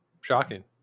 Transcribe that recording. Shocking